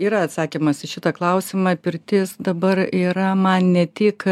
yra atsakymas į šitą klausimą pirtis dabar yra man ne tik